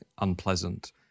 unpleasant